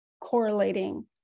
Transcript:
correlating